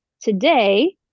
today